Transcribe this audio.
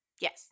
Yes